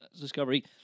discovery